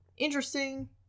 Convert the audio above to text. interesting